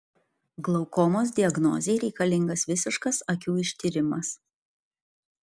glaukomos diagnozei reikalingas visiškas akių ištyrimas